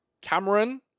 Cameron